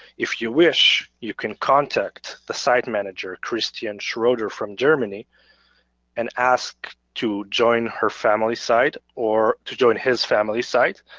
if you wish, you can contact the site manager, christian schroeder from germany and ask to join her family site, or to join his family site,